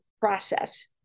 process